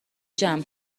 جمع